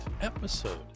episode